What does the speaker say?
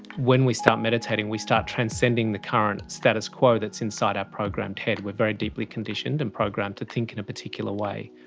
when we start meditating we start transcending the current status quo that's inside our programmed head. we are very deeply conditioned and programmed to think in a particular way.